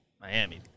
Miami